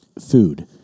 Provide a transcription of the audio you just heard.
food